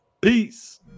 Peace